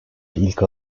ilk